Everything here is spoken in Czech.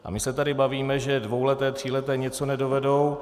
A my se tady bavíme, že dvouleté, tříleté něco nedovedou.